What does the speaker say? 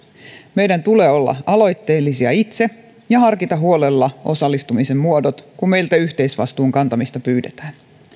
meidän tulee olla aloitteellisia itse ja harkita huolella osallistumisen muodot kun meiltä yhteisvastuun kantamista pyydetään